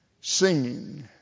singing